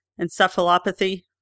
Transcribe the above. Encephalopathy